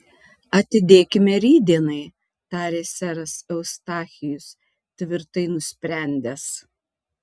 atidėkime rytdienai tarė seras eustachijus tvirtai nusprendęs